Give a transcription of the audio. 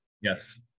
yes